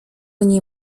nie